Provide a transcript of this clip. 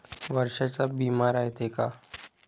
वर्षाचा बिमा रायते का?